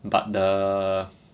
but the